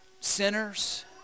sinners